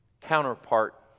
counterpart